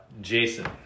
Jason